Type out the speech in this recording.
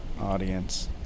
audience